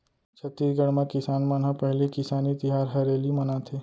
छत्तीसगढ़ म किसान मन ह पहिली किसानी तिहार हरेली मनाथे